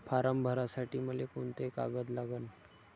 Form भरासाठी मले कोंते कागद लागन?